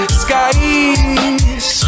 skies